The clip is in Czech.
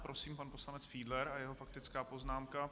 Prosím, pan poslanec Fiedler a jeho faktická poznámka.